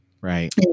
Right